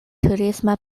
turisma